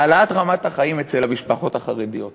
העלאת רמת החיים אצל המשפחות החרדיות